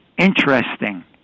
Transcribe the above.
interesting